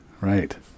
Right